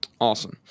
Awesome